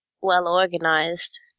well-organized